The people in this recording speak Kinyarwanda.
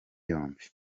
yombi